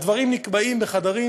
הדברים נקבעים בחדרים